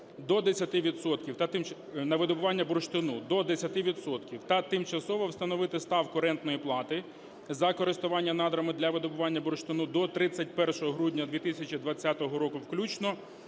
на видобування бурштину – до 10 відсотків та тимчасово встановити ставку рентної плати за користування надрами для видобування бурштину до 31 грудня 2020 року включно